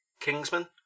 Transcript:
Kingsman